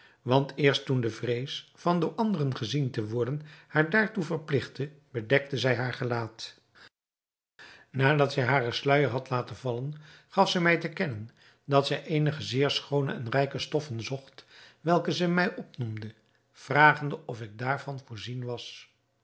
want eerst toen de vrees van door anderen gezien te worden haar daartoe verpligtte bedekte zij haar gelaat nadat zij haren sluijer had laten vallen gaf zij mij te kennen dat zij eenige zeer schoone en rijke stoffen zocht welke zij mij opnoemde vragende of ik daarvan voorzien was